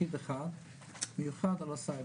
פקיד אחד מיוחד על הסייבר.